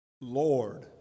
Lord